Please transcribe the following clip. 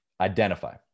identify